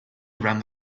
around